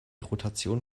rotation